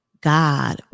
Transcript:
God